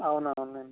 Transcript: అవును అవునండి